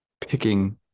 picking